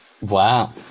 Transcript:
Wow